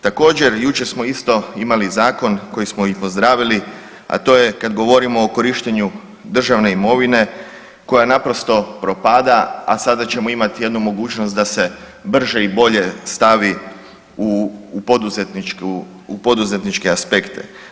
Također jučer smo isto imali zakon koji smo i pozdravili, a to je kad govorimo o korištenju državne imovine koja naprosto propada, a sada ćemo imati jednu mogućnost da se brže i bolje stavi u poduzetničke aspekte.